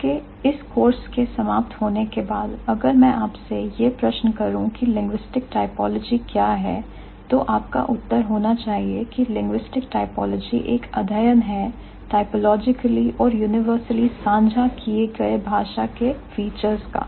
आपके इस कोर्स के समाप्त होने के बाद अगर मैं आपसे यह प्रश्न करूं की linguistic typology लिंग्विस्टिक टाइपोलॉजी क्या है तो आपका उत्तर होना चाहिए के linguistic typology एक अध्ययन है typologically और universally सांझा किए गए भाषा के फीचर्स का